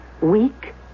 weak